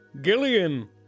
Gillian